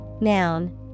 noun